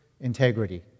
integrity